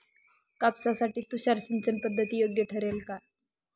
कापसासाठी तुषार सिंचनपद्धती योग्य ठरेल का?